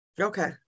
Okay